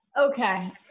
Okay